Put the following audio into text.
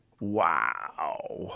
Wow